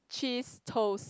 cheese toast